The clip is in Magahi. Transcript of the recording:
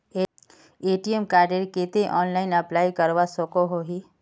ए.टी.एम कार्डेर केते ऑनलाइन अप्लाई करवा सकोहो ही?